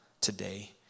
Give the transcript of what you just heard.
today